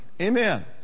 Amen